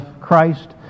Christ